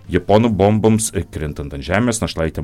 japonų bomboms krintant ant žemės našlaitė